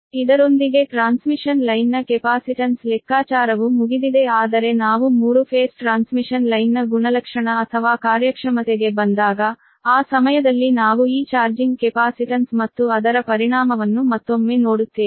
ಆದ್ದರಿಂದ ಇದರೊಂದಿಗೆ ಟ್ರಾನ್ಸ್ಮಿಷನ್ ಲೈನ್ನ ಕೆಪಾಸಿಟನ್ಸ್ ಲೆಕ್ಕಾಚಾರವು ಮುಗಿದಿದೆ ಆದರೆ ನಾವು 3 ಫೇಸ್ ಟ್ರಾನ್ಸ್ಮಿಷನ್ ಲೈನ್ನ ಗುಣಲಕ್ಷಣ ಅಥವಾ ಕಾರ್ಯಕ್ಷಮತೆಗೆ ಬಂದಾಗ ಆ ಸಮಯದಲ್ಲಿ ನಾವು ಈ ಚಾರ್ಜಿಂಗ್ ಕೆಪಾಸಿಟನ್ಸ್ ಮತ್ತು ಅದರ ಪರಿಣಾಮವನ್ನು ಮತ್ತೊಮ್ಮೆ ನೋಡುತ್ತೇವೆ